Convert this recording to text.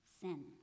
sin